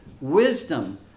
wisdom